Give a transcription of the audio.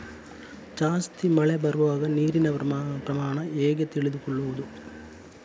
ಜಾಸ್ತಿ ಮಳೆ ಬರುವಾಗ ನೀರಿನ ಪ್ರಮಾಣ ಹೇಗೆ ತಿಳಿದುಕೊಳ್ಳುವುದು?